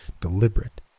deliberate